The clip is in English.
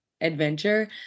adventure